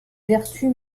vertus